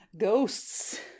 ghosts